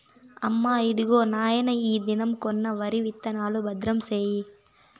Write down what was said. అమ్మా, ఇదిగో నాయన ఈ దినం కొన్న వరి విత్తనాలు, భద్రం సేయి